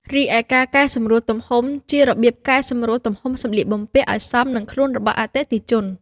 រីឯការកែសម្រួលទំហំជា របៀបកែសម្រួលទំហំសម្លៀកបំពាក់ឱ្យសមនឹងខ្លួនរបស់អតិថិជន។